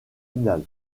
finale